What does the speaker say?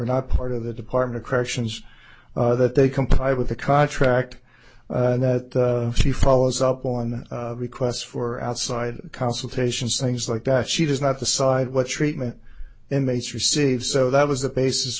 not part of the department of corrections that they comply with the contract and that she follows up on requests for are outside consultations things like that she does not decide what treatment and mace receives so that was the basis